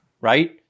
Right